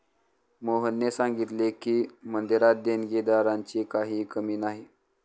मोहनने सांगितले की, मंदिरात देणगीदारांची काही कमी नाही